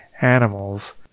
animals